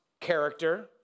character